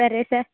సరే సార్